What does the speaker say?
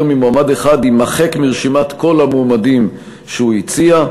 ממועמד אחד יימחק מרשימת כל המועמדים שהוא הציע,